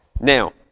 Now